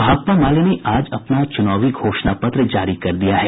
भाकपा माले ने आज अपना चुनावी घोषणा पत्र जारी कर दिया है